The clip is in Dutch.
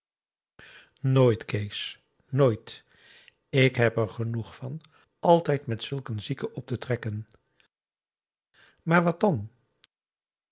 nooit kees nooit ik heb er genoeg van altijd met zulk een zieke op te trekken maar wat dan